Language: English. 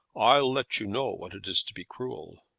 i'll let you know what it is to be cruel.